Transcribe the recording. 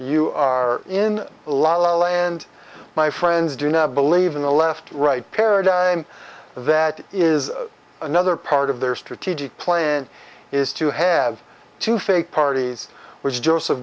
you are in a la la land my friends do not believe in the left right paradigm that is another part of their strategic plan is to have to fake parties was joseph